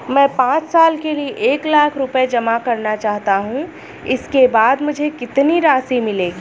मैं पाँच साल के लिए एक लाख रूपए जमा करना चाहता हूँ इसके बाद मुझे कितनी राशि मिलेगी?